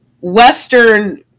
Western